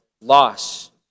loss